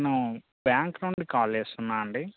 నేను బ్యాంకు నుండి కాల్ చేస్తున్నాను అండి